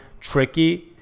tricky